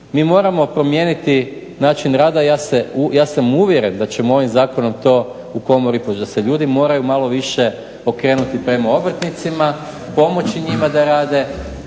Mi moramo promijeniti način rada. Ja sam uvjeren da ćemo ovim zakonom to u komori … da se ljudi moraju malo više okrenuti prema obrtnicima, pomoći njima da rade,